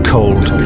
Cold